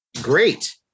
great